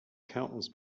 countless